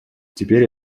теперь